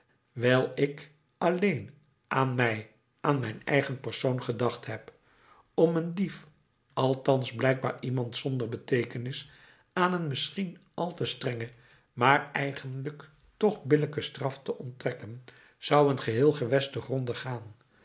wijl ik alleen aan mij aan mijn eigen persoon gedacht heb om een dief althans blijkbaar iemand zonder beteekenis aan een misschien al te strenge maar eigenlijk toch billijke straf te onttrekken zou een geheel gewest te gronde gaan